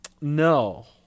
no